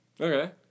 Okay